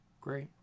Great